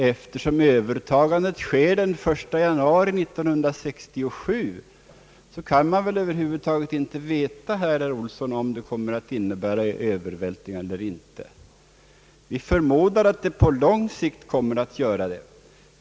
Eftersom övertagandet sker den 1 januari 1967, kan man väl över huvud taget inte veta, herr Olsson, om det kommer att innebära kostnadsövervältring eller inte. Vi förmodar att det på lång sikt kommer att göra det.